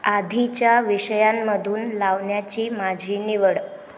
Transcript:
आधीच्या विषयांमधून लावण्याची माझी निवड